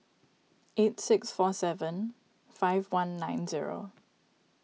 eight six four seven five one nine zero